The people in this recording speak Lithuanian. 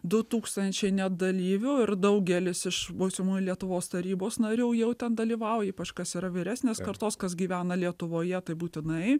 du tūkstančiai dalyvių ir daugelis iš būsimųjų lietuvos tarybos narių jau ten dalyvauja ypač kas yra vyresnės kartos kas gyvena lietuvoje tai būtinai